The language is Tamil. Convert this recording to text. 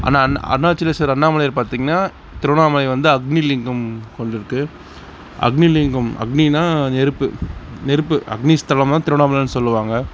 அருணாச்சலேஸ்வரர் அண்ணாமலையார் பார்த்திங்னா திருவண்ணாமலை வந்து அக்னிலிங்கம் கொண்டிருக்கு அக்னி லிங்கம் அக்னினால் நெருப்பு நெருப்பு அக்னி ஸ்தலம்னால் திருவண்ணாமலைனு சொல்லுவாங்க